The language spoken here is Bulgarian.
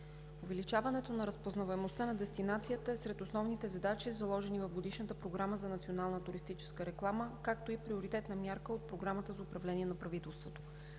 Увеличаването на разпознаваемостта на дестинацията е сред основните задачи, заложени в Годишната програма за национална туристическа реклама, както и приоритетна мярка от Програмата за управление на правителството.